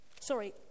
Sorry